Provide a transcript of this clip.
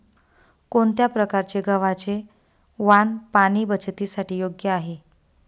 कोणत्या प्रकारचे गव्हाचे वाण पाणी बचतीसाठी योग्य आहे?